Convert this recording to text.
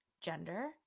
gender